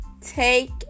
take